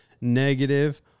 negative